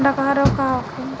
डकहा रोग का होखे?